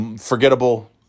Forgettable